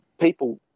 people